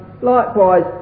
likewise